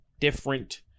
different